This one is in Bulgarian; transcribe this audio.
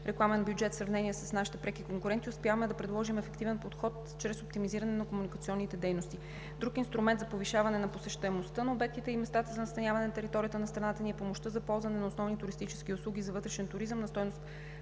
рекламен бюджет в сравнение с нашите преки конкуренти успяваме да предложим ефективен подход чрез оптимизиране на комуникационните дейности. Друг инструмент за повишаване на посещаемостта на обектите и местата за настаняване на територията на страната ни е помощта за ползване на основни туристически услуги за вътрешен туризъм на стойност